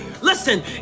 listen